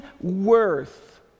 worth